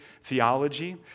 theology